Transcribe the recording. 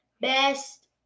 best